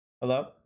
Hello